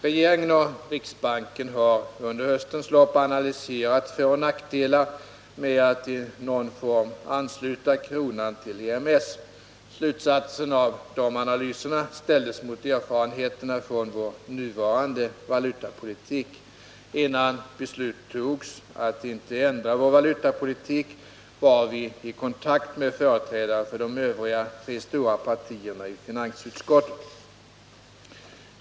Regeringen och riksbanken har under höstens lopp analyserat föroch nackdelar med att i någon form ansluta kronan till EMS. Slutsatserna av dessa analyser ställdes mot erfarenheterna från vår nuvarande valutapolitik. Innan beslut togs att icke ändra vår valutapolitik var vi i kontakt med företrädare för de övriga tre stora partierna i finansutskottet.